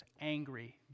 angry